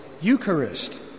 Eucharist